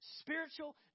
spiritual